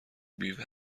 بیوه